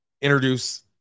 introduce